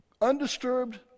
undisturbed